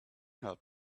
help